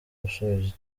gusubiza